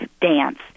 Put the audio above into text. dance